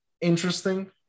interesting